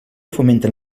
fomenten